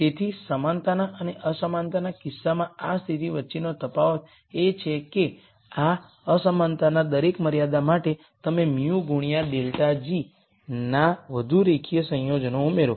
તેથી સમાનતા અને અસમાનતાના કિસ્સામાં આ સ્થિતિ વચ્ચેનો તફાવત એ છે કે આ અસમાનતાના દરેક મર્યાદા માટે તમે μ ગુણ્યા δ g ના વધુ રેખીય સંયોજનો ઉમેરો